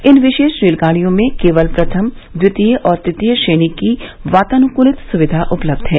इन विशेष रेलगाड़ियों में केवल प्रथम द्वितीय और तृतीय श्रेणी की वातानुकूलित सुविधा उपलब्ध है